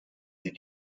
sie